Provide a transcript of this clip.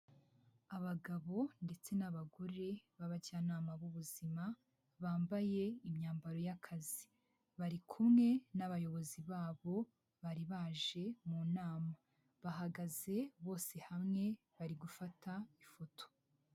Abagabo ndetse n'abagore b'abajyanama b'ubuzima, bambaye imyambaro y'akazi, bari kumwe n'abayobozi babo bari baje mu nama, bahagaze bose hamwe bari gufata ifoto.